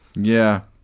yeah.